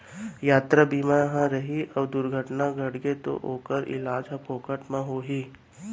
यातरा बीमा ह रही अउ दुरघटना घटगे तौ ओकर इलाज ह फोकट म होही